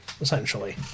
Essentially